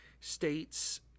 states